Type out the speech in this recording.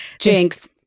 Jinx